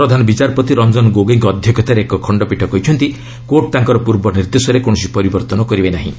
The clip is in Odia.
ପ୍ରଧାନ ବିଚାରପତି ରଞ୍ଜନ ଗୋଗୋଇଙ୍କ ଅଧ୍ୟକ୍ଷତାରେ ଏକ ଖଣ୍ଡପୀଠ କହିଛନ୍ତି କୋର୍ଟ୍ ତାଙ୍କର ପୂର୍ବ ନିର୍ଦ୍ଦେଶରେ କୌଣସି ପରିବର୍ତ୍ତନ କରିବେ ନାହିଁ